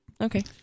Okay